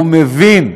הוא מבין,